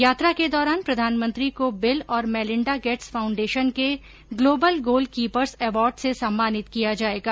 यात्रा के दौरान प्रधानमंत्री को बिल और मेलिंडा गेट्स फाउंडेशन के ग्लोबल गोलकीपर्स अवार्ड से सम्मानित किया जाएगा